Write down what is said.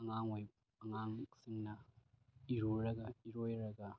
ꯑꯉꯥꯡ ꯑꯣꯏ ꯑꯉꯥꯡꯁꯤꯡꯅ ꯏꯔꯨꯔꯒ ꯏꯔꯣꯏꯔꯒ